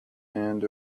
and